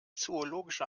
zoologische